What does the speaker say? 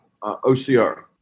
OCR